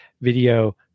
video